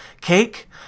Cake